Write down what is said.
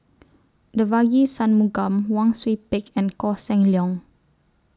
Devagi Sanmugam Wang Sui Pick and Koh Seng Leong